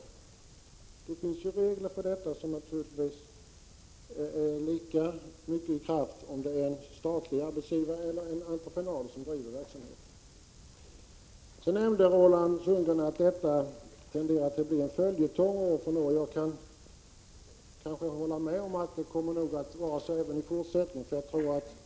Det finns ju regler för detta, och de är naturligtvis lika mycket i kraft vare sig det är en statlig arbetsgivare eller en entreprenör som bedriver verksamheten. Roland Sundgren nämnde att detta tenderar att bli en följetong. Jag kan hålla med om att det nog kommer att vara det även i fortsättningen.